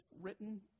written